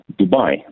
Dubai